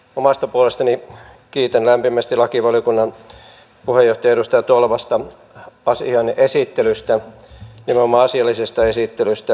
omasta puolestani kiitän lämpimästi lakivaliokunnan puheenjohtaja edustaja tolvasta asian esittelystä nimenomaan asiallisesta esittelystä